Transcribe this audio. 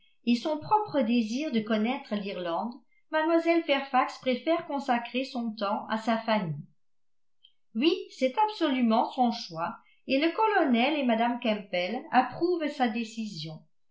et son propre désir de connaître l'irlande mlle fairfax préfère consacrer son temps à sa famille oui c'est absolument son choix et le colonel et mme campbell approuvent sa décision